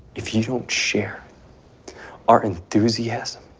if you don't share our enthusiasm